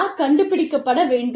யார் கண்டிக்கப்பட வேண்டும்